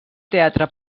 teatre